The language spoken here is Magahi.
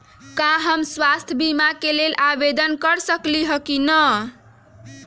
का हम स्वास्थ्य बीमा के लेल आवेदन कर सकली ह की न?